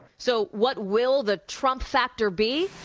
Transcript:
so, what will the trump factor be?